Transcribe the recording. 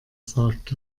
sagt